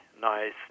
nice